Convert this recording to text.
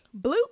bloop